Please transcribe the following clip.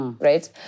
right